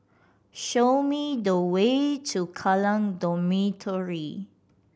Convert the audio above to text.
show me the way to Kallang Dormitory